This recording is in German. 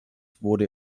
wurde